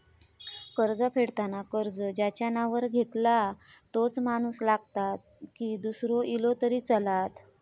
कर्ज फेडताना कर्ज ज्याच्या नावावर घेतला तोच माणूस लागता की दूसरो इलो तरी चलात?